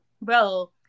bro